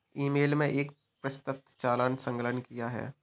ई mail में एक विस्तृत चालान संलग्न किया है